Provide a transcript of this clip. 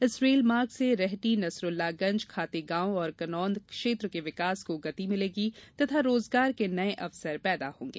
इस रेल मार्ग से रेहटी नसरुल्लागंज खातेगाँव और कन्नौद क्षेत्र के विकास को गति मिलेगी तथा रोज़गार के नये अवसर पैदा होंगे